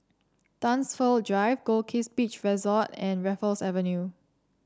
Dunsfold Drive Goldkist Beach Resort and Raffles Avenue